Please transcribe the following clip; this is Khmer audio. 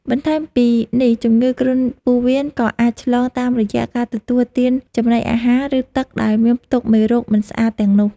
បន្ថែមពីនេះជំងឺគ្រុនពោះវៀនក៏អាចឆ្លងតាមរយៈការទទួលទានចំណីអាហារ ឬទឹកដែលមានផ្ទុកមេរោគមិនស្អាតទាំងនោះ។